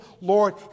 Lord